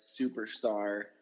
superstar